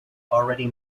already